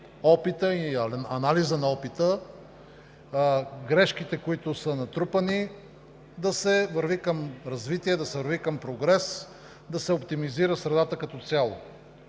опита, анализа на опита, грешките, които са натрупани – да се върви към развитие, да се върви към прогрес, да се оптимизира средата като цяло.